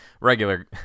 regular